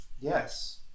yes